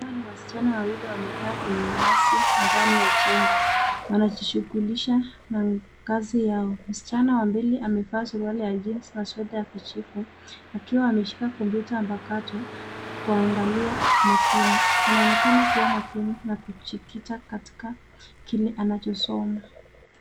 Hawa ni wasichana wawili wamekaa kwenye ngazi ndani ya jengo. Wanajishughulisha na kazi yao. Msichana wa mbele amevaa suruali ya jeans ns sweta ya kijivu akiwa ameshika kompyuta mpakato kuangalia makini. Anaonekana kuwa makini na kujikita katika kile anachosoma.